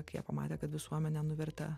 kai jie pamatė kad visuomenė nuvertė